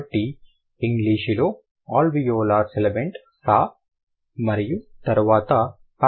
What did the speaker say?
కాబట్టి ఇంగ్లీషులో alveolar sibilant సా మరియు తరువాత పాలటల్ సిబిలెంట్ ష